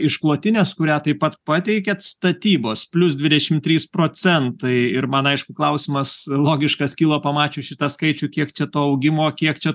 išklotinės kurią taip pat pateikiat statybos plius dvidešim trys procentai ir man aišku klausimas logiškas kilo pamačius šitą skaičių kiek čia to augimo kiek čia